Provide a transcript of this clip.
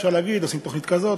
אפשר להגיד: עושים תוכנית כזאת,